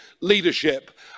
leadership